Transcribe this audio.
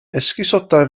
esgusoda